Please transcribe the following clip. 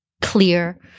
Clear